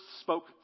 spoke